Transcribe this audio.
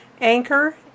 Anchor